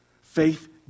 faith